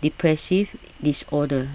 depressive disorder